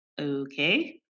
okay